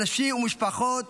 אנשים ומשפחות